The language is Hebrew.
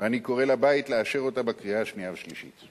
ואני קורא לבית לאשר אותה בקריאה השנייה והשלישית.